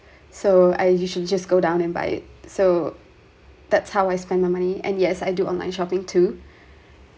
so and you should just go down and buy it so that's how I spend my money and yes I do online shopping too